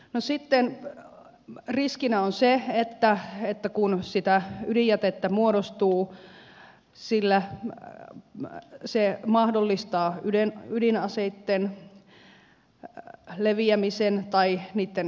no sitten riskinä on se että kun sitä ydinjätettä muodostuu se mahdollistaa ydinaseitten leviämisen niitten käytön